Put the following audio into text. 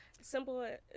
simple